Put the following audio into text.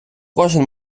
кожен